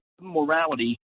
morality